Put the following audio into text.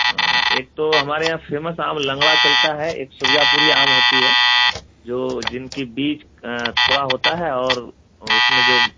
ایک تو ہمارے یہاں فیمس آم لنگڑا چلتا ہے ایک سرجا پوری آم ہوتی ہے جو جن کی بیچ تھوڑا ہوتا ہے اور اس میں جو